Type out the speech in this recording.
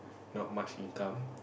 not much income